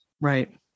Right